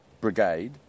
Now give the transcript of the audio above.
brigade